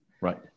Right